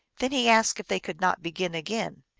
then he asked if they could not begin again.